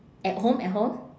at home at home